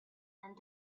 and